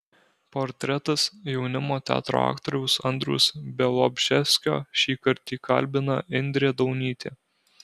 portretas jaunimo teatro aktoriaus andriaus bialobžeskio šįkart jį kalbina indrė daunytė